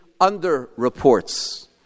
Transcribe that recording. under-reports